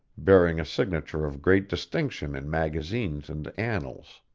bearing a signature of great distinction in magazines and annals.